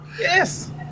Yes